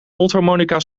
mondharmonica